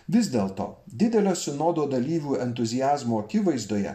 vis dėlto didelio sinodo dalyvių entuziazmo akivaizdoje